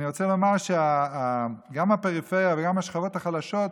אני רוצה לומר שגם הפריפריה וגם השכבות החלשות,